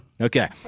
Okay